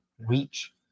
reach